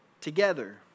together